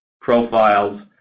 profiles